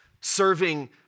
serving